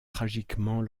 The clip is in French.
tragiquement